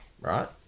right